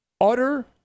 Utter